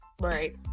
Right